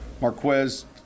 Marquez